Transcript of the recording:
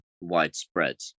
widespread